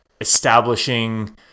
Establishing